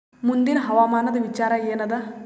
ಮುಂದಿನ ಹವಾಮಾನದ ವಿಚಾರ ಏನದ?